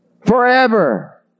Forever